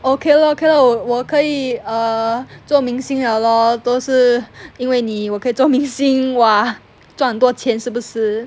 okay lor okay lor 我可以 err 做明星 liao lor 都是因为你我可以做明星 !wah! 赚多钱是不是